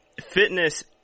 fitness